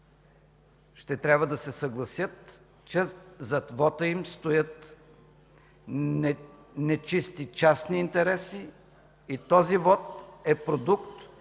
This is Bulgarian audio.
ще трябва да се съгласят, че зад вота им стоят нечисти частни интереси и този вот е продукт